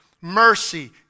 Mercy